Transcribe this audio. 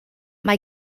mae